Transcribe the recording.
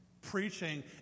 preaching